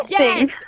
Yes